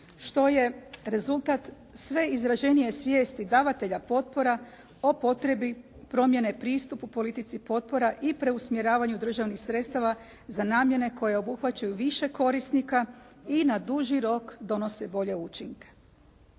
što je rezultat sve izraženije svijesti davatelja potpora o potrebi promjene pristupu politici potpora i preusmjeravanju državnih sredstava za namjene koje obuhvaćaju više korisnika i na duži rok donose bolje učinke.